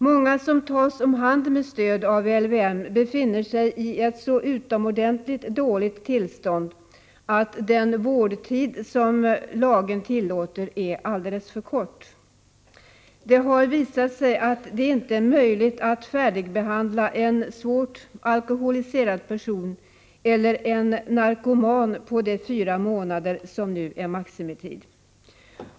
Många som tas om hand med stöd av LYM befinner sig i ett så utomordentligt dåligt tillstånd, att den vårdtid som lagen tillåter är alldeles för kort. Det har visat sig att det inte är möjligt att färdigbehandla en svårt alkoholiserad person eller en narkoman på de fyra månader som nu är maximitid.